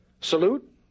Salute